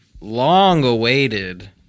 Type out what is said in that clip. long-awaited